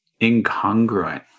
incongruent